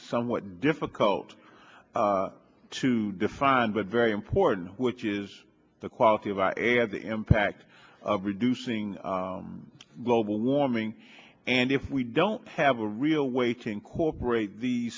somewhat difficult to define but very important which is the quality of the impact of reducing global warming and if we don't have a real way to incorporate the